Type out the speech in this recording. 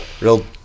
Real